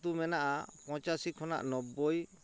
ᱟᱹᱛᱩ ᱢᱮᱱᱟᱜᱼᱟ ᱯᱚᱸᱪᱟᱥᱤ ᱠᱷᱚᱱᱟᱜ ᱱᱚᱵᱽᱵᱳᱭ